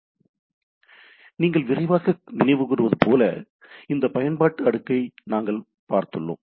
எனவே நீங்கள் விரைவாக நினைவுகூருவது போல இந்த பயன்பாட்டு அடுக்கை நாங்கள் பார்த்துள்ளோம்